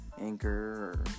Anchor